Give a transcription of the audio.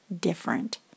different